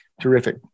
Terrific